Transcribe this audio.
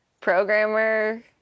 programmer